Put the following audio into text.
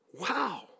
Wow